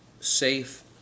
safe